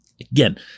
Again